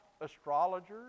astrologers